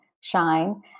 Shine